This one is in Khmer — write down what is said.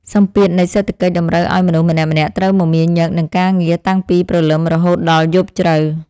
សម្ពាធនៃសេដ្ឋកិច្ចតម្រូវឱ្យមនុស្សម្នាក់ៗត្រូវមមាញឹកនឹងការងារតាំងពីព្រលឹមរហូតដល់យប់ជ្រៅ។